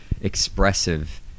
expressive